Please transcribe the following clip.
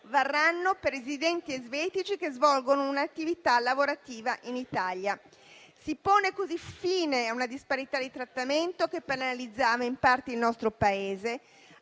varranno per i residenti elvetici che svolgono un'attività lavorativa in Italia. Si pone così fine a una disparità di trattamento che penalizzava in parte il nostro Paese,